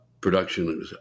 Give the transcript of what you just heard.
production